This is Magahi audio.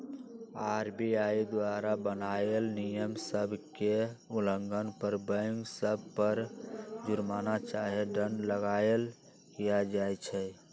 आर.बी.आई द्वारा बनाएल नियम सभ के उल्लंघन पर बैंक सभ पर जुरमना चाहे दंड लगाएल किया जाइ छइ